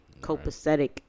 Copacetic